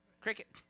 Cricket